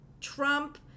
Trump